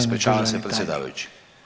Ispričavam se predsjedavajući.